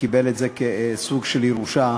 שקיבל את זה כסוג של ירושה.